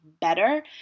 better